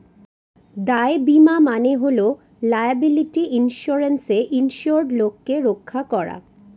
দায় বীমা মানে হল লায়াবিলিটি ইন্সুরেন্সে ইন্সুরেড লোককে রক্ষা করা